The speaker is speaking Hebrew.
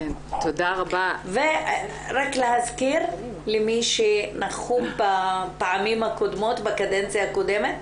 רק להזכיר למי שנכחו בקדנציה הקודמת,